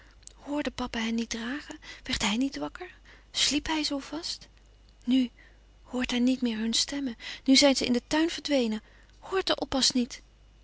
hoorde papa hen niet dragen werd hij niet wakker sliep hij zoo vast nu hoort hij niet meer hun stemmen nu zijn zij in den tuin verdwenen hoort de oppas niet